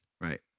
Right